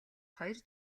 хоёр